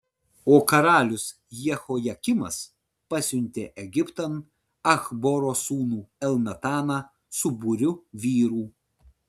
o karalius jehojakimas pasiuntė egiptan achboro sūnų elnataną su būriu vyrų